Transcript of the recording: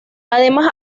además